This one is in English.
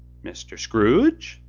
mr. scrooge,